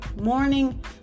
morning